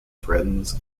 threatens